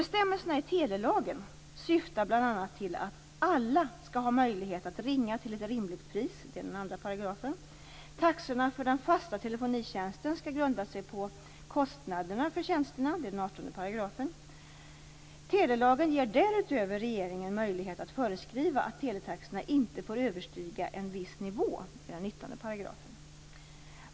Bestämmelserna i telelagen syftar bl.a. till att alla skall ha möjlighet att ringa till ett rimligt pris . Taxorna för den fasta telefonitjänsten skall grunda sig på kostnaderna för tjänsterna . Telelagen ger därutöver regeringen möjlighet att föreskriva att teletaxorna inte får överstiga en viss nivå .